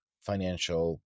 financial